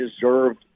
deserved